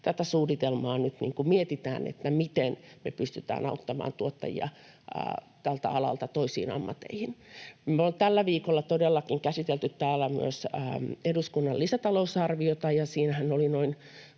tätä suunnitelmaa nyt mietitään, miten me pystytään auttamaan tuottajia tältä alalta toisiin ammatteihin. Me ollaan tällä viikolla todellakin käsitelty täällä myös lisätalousarviota, ja siinähän oli noin